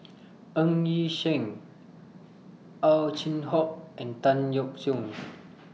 Ng Yi Sheng Ow Chin Hock and Tan Yeok Seong